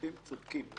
אתם צודקים,